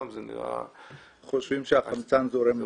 חושבים שהחמצן זורם לבד.